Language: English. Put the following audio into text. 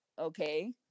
okay